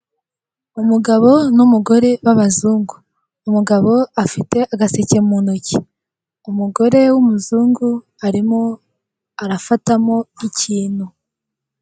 Umugabo n'umugore b'abazungu, umugabo afite agaseke mu ntoki. Umugore w'umuzungu arimo arafatamo ikintu.